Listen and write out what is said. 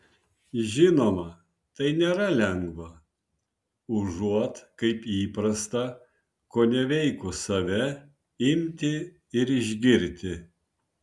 žinoma tai nėra lengva užuot kaip įprasta koneveikus save imti ir išgirti